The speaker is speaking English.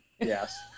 yes